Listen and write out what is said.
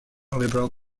liberal